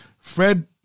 Fred